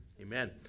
Amen